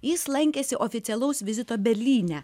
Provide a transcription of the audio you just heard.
jis lankėsi oficialaus vizito berlyne